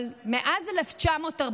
אבל מאז 1948,